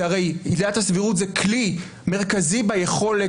שהרי עילת הסבירות זה כלי מרכזי ביכולת